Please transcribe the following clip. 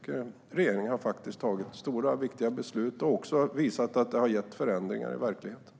Regeringen har tagit stora, viktiga beslut och även visat att det har gett förändringar i verkligheten.